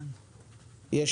יכול לרכוש דירה בישראל?